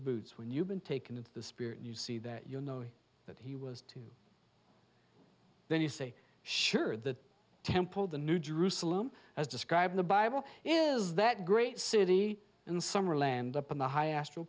boots when you've been taken into the spirit and you see that you know that he was to you then you say sure that temple the new jerusalem as described the bible is that great city in summer land up in the high astr